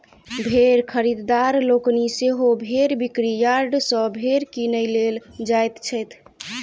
भेंड़ खरीददार लोकनि सेहो भेंड़ बिक्री यार्ड सॅ भेंड़ किनय लेल जाइत छथि